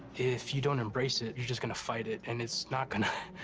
if you don't embrace it, you're just gonna fight it, and it's not gonna.